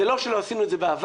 זה לא שלא עשינו את זה בעבר.